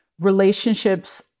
relationships